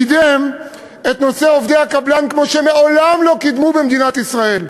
קידם את נושא עובדי הקבלן כמו שמעולם לא קידמו במדינת ישראל.